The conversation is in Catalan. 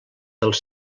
els